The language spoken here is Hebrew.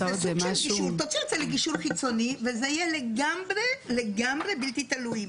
תוציאו את זה לגישור חיצוני וזה יהיה לגמרי בלתי תלוי,